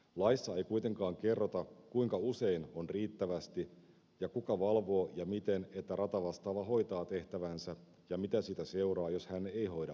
laissa ei kuitenkaan kerrota kuinka usein on riittävästi ja kuka valvoo ja miten että ratavastaava hoitaa tehtäväänsä ja mitä siitä seuraa jos hän ei hoida valvontatehtäväänsä